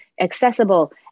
accessible